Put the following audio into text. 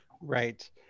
right